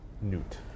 Newt